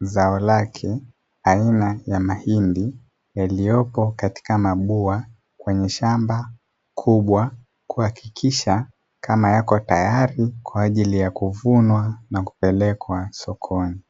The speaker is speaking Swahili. zao lake aina ya mahindi yaliyopo katika mabua kwenye shamba kubwa, kuhakikisha kama yako tayari kwa ajili ya kuvunwa na kupelekwa sokoni.